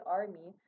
army